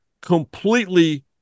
completely